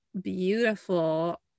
beautiful